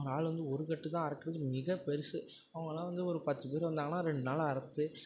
ஒரு ஆள் வந்து ஒரு கட்டுதான் அறுக்கறது மிகப் பெரிசு அவங்கள்லாம் வந்து ஒரு பத்து பேர் வந்தாங்கன்னா ரெண்டு நாளில் அறுத்து